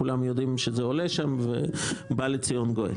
כולם יודעים שזה עולה שם ובא לציון גואל.